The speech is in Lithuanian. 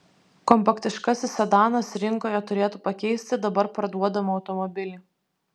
kompaktiškasis sedanas rinkoje turėtų pakeisti dabar parduodamą automobilį